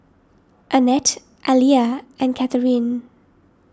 Annette Aleah and Catherine